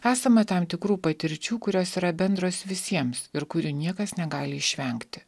esama tam tikrų patirčių kurios yra bendros visiems ir kurių niekas negali išvengti